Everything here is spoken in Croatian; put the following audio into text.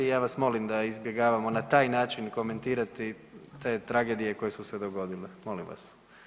Ja vas molim da izbjegavamo na taj način komentirati te tragedije koje su se dogodile, molim vas.